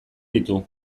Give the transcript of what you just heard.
ditu